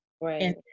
right